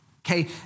Okay